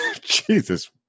Jesus